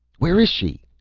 where is she?